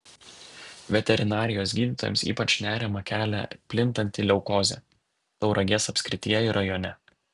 veterinarijos gydytojams ypač nerimą kelia plintanti leukozė tauragės apskrityje ir rajone